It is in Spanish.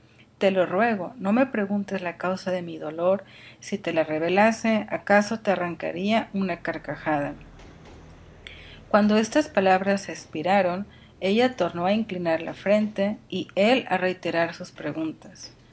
te lo ruego no me preguntes la causa de mi dolor si te la revelase acaso te arrancaría una carcajada cuando estas palabras espiraron ella tornó á inclinar la frente y él á reiterar sus preguntas